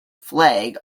flag